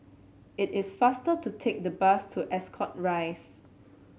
it is faster to take the bus to Ascot Rise